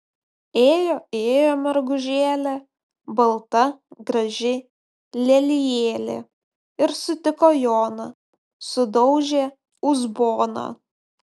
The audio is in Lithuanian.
ėjo ėjo mergužėlė balta graži lelijėlė ir sutiko joną sudaužė uzboną